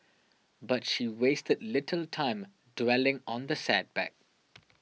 but she wasted little time dwelling on the setback